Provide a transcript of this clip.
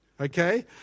Okay